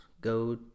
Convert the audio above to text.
go